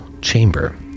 chamber